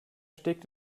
steckt